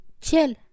chill